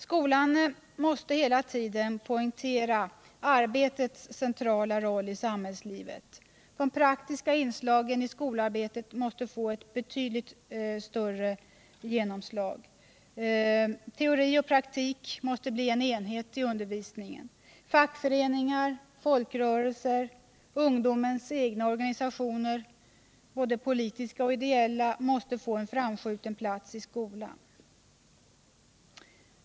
Skolan måste hela tiden poängtera arbetets centrala roll i samhällslivet. De praktiska inslagen i skolarbetet måste få ett betydligt större genomslag. Teori och praktik måste bli en enhet i undervisningen. Fackföreningar, folkrörelser och ungdomens egna organisationer, både politiska och ideella, måste få en framskjuten plats i skolan.